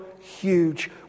huge